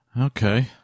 Okay